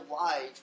life